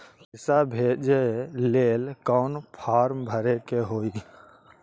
पैसा भेजे लेल कौन फार्म भरे के होई?